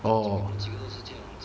oh